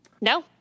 No